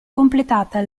completata